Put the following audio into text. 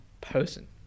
Person